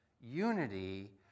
unity